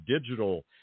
digital